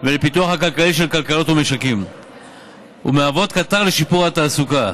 ולפיתוח הכלכלי של כלכלות ומשקים ומהוות קטר לשיפור התעסוקה,